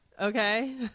Okay